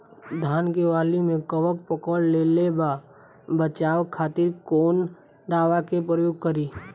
धान के वाली में कवक पकड़ लेले बा बचाव खातिर कोवन दावा के प्रयोग करी?